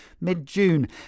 mid-June